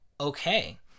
okay